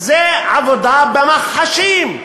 זו עבודה במחשכים.